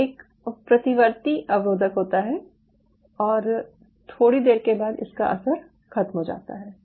ये एक प्रतिवर्ती अवरोधक होता है और थोड़ी देर के बाद इसका असर ख़त्म हो जाता है